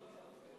הצעת החוק לא